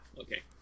okay